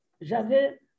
j'avais